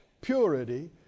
purity